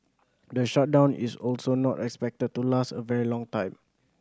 the shutdown is also not expected to last a very long time